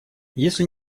если